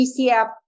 DCF